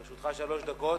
לרשותך שלוש דקות.